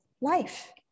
life